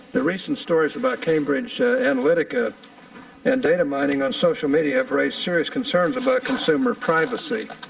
the recent stories about cambridge analytica and data mining on social media have raised serious concerns about consumer privacy.